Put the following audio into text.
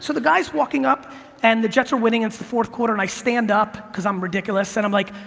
so the guy is walking up and the jets are winning, it's the fourth quarter and i stand up cause i'm ridiculous and i'm like,